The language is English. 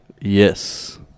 Yes